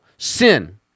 Sin